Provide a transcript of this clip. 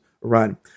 run